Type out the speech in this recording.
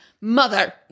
Mother